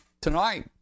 tonight